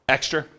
Extra